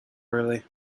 early